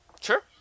Sure